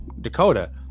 Dakota